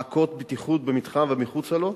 מעקות בטיחות במתחם ומחוצה לו,